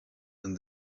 and